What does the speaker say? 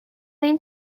این